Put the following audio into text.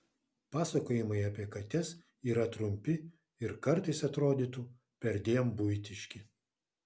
pasakojimai apie kates yra trumpi ir kartais atrodytų perdėm buitiški